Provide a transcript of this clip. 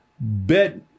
Bet